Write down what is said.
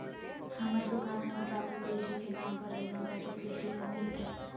हमर दुकान हमर बाबु तेजी के नाम पर हई, हमरा के कृषि लोन मिलतई?